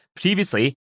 previously